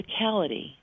physicality